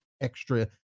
extra